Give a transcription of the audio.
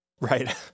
Right